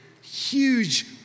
Huge